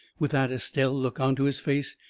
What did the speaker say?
with that estelle look onto his face,